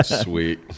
Sweet